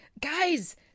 guys